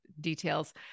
details